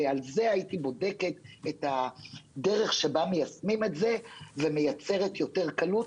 על זה הייתי בודקת את הדרך שבה מיישמים את זה ומייצרת יותר קלות,